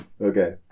Okay